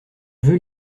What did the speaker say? veux